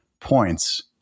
points